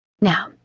Now